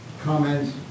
comments